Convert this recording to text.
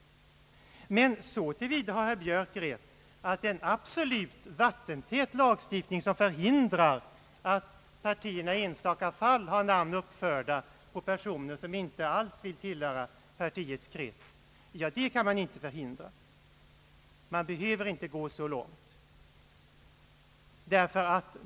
Så till vida har dock herr Björk rätt, att en absolut vattentät lagstiftning, som förhindrar även att partierna i enstaka fall har namn uppförda på personer, som inte alls vill tillhöra partiets krets, kan man inte få. Men man behöver inte gå så långt.